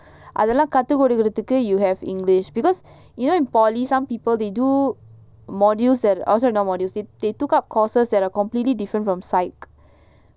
அதெல்லாம்கத்துகொடுக்குறதுக்கு:adhellam kaththu kodukurathuku you have english because you know in poly some people they do modules oh sorry not modules they they took up courses that are completely different from psych